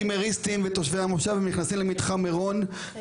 יש לך עוד --- לא,